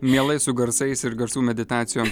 mielai su garsais ir garsų meditacijom